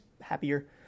happier